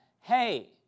hey